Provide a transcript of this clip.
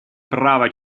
права